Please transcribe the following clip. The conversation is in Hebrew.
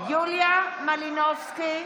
יוליה מלינובסקי,